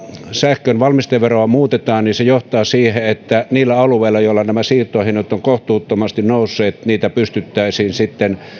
sähkön valmisteveroa muutetaan niin se johtaa siihen että niillä alueilla joilla nämä siirtohinnat ovat kohtuuttomasti nousseet niitä pystyttäisiin sitten